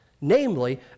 Namely